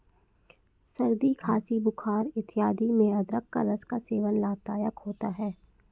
सर्दी खांसी बुखार इत्यादि में अदरक के रस का सेवन लाभदायक होता है